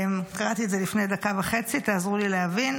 קראתי את זה לפני דקה וחצי, תעזרו לי להבין.